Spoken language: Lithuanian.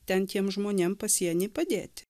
ten tiem žmonėm pasieny padėti